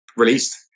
released